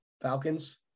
Falcons